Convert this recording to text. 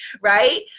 right